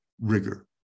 rigor